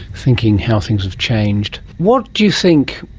thinking how things have changed. what do you think,